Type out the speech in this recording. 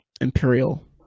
imperial